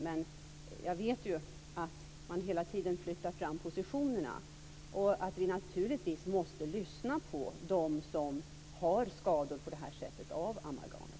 Men jag vet att man hela tiden flyttar fram positionerna och att vi naturligtvis måste lyssna på dem som har skador av amalgam.